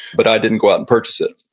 but i didn't go out and purchase it.